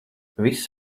viss